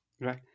right